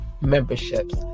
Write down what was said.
memberships